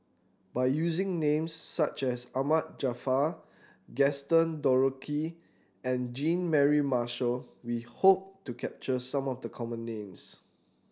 by using names such as Ahmad Jaafar Gaston Dutronquoy and Jean Mary Marshall we hope to capture some of the common names